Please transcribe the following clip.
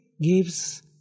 gives